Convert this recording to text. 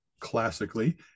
classically